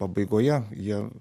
pabaigoje jie